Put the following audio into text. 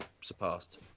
surpassed